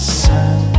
sun